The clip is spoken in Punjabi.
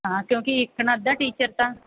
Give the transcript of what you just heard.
ਹਾਂ ਕਿਉਂਕਿ ਇੱਕ ਨਾ ਅੱਧਾ ਟੀਚਰ ਤਾਂ